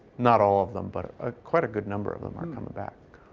not all of them but ah quite a good number of them are coming back.